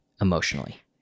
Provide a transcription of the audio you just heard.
emotionally